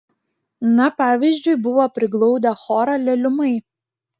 na pavyzdžiui buvo priglaudę chorą leliumai